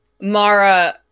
Mara